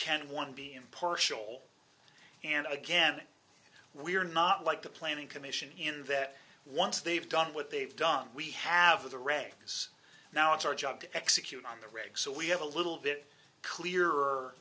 can one be impartial and again we're not like the planning commission in that once they've done what they've done we have the records now it's our job to execute on the regs so we have a little bit clearer